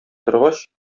торгач